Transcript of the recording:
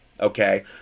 okay